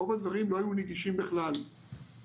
רוב הדברים לא היו נגישים בכלל והגדירו